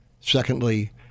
Secondly